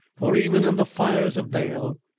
for even in the fires of baal,